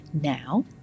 Now